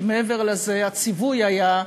כי מעבר לזה הציווי היה: